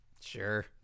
Sure